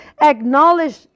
acknowledge